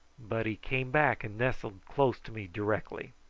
but he came back and nestled close to me directly.